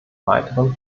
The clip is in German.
weiteren